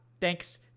Thanks